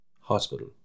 hospital